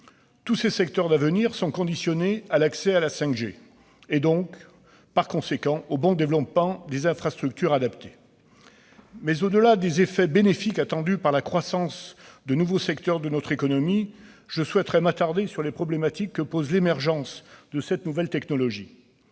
Tous ces secteurs d'avenir sont conditionnés à l'accès à la 5G, donc au bon développement des infrastructures adaptées. Néanmoins, au-delà des effets bénéfiques attendus pour la croissance de nouveaux secteurs de notre économie, je souhaiterais m'attarder sur les problématiques que pose l'émergence de cette nouvelle technologie.